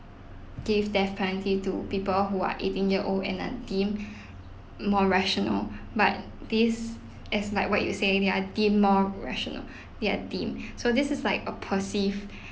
give death penalty to people who are eighteen year old and are deemed more rational but this as like what you say they are deemed more rational they are deemed so this is like a perceived